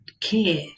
Care